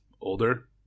older